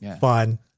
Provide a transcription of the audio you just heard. fun